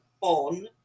on